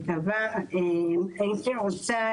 הייתי רוצה